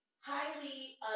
highly